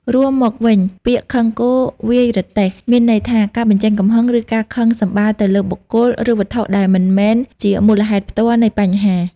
រួមមកវិញ ពាក្យ «ខឹងគោ វាយរទេះ» មានន័យថា ការបញ្ចេញកំហឹង ឬការខឹងសម្បារទៅលើ បុគ្គល ឬវត្ថុដែលមិនមែនជាមូលហេតុផ្ទាល់ នៃបញ្ហា។